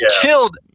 killed